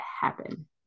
happen